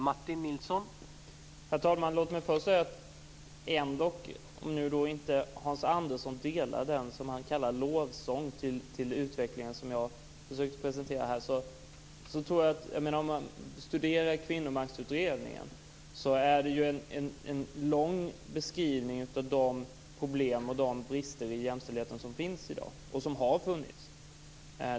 Herr talman! Hans Andersson delar inte den lovsång till utvecklingen, som han kallar det, som jag försökte presentera här. Om man studerar Kvinnomaktsutredningen finns där en lång beskrivning av de problem och de brister som finns i jämställdheten i dag och som har funnits.